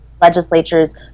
legislatures